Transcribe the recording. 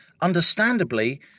understandably